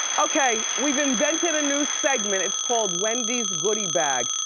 okay, we've invented a new segment. it's called wendy's goody bag,